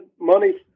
money